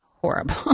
horrible